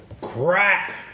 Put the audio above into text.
Crack